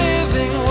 Living